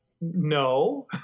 no